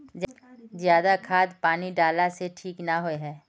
ज्यादा खाद पानी डाला से ठीक ना होए है?